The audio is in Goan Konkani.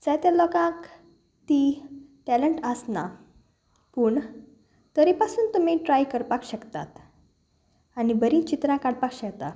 जाय त्या लोकांक ती टॅलंट आसना पूण तरी पासून तुमी ट्राय करपाक शकतात आनी बरीं चित्रां काडपाक शकता